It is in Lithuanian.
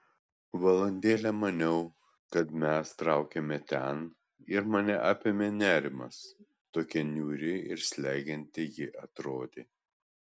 valandėlę maniau kad mes traukiame ten ir mane apėmė nerimas tokia niūri ir slegianti ji atrodė